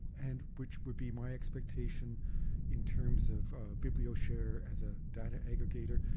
and which would be my expectation in terms of biblioshare as a data aggregator,